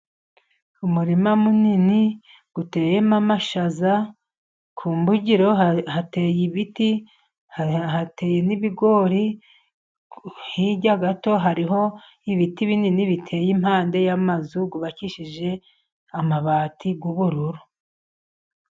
Umurima munini uteyemo amashaza ku mbugiro hateye ibiti hateye n'ibigori, hirya gato hariho ibiti binini biteye impande y'amazu yubakishije amabati y'ubururu.